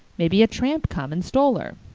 maybe a tramp come and stole her.